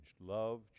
Love